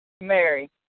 Mary